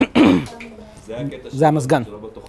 זה המזגן.